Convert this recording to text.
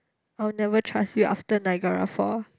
I'll never trust you after Niagara Falls